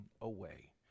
away